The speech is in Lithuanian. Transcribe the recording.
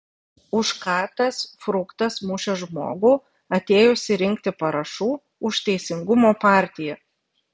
už ką tas fruktas mušė žmogų atėjusį rinkti parašų už teisingumo partiją